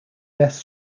less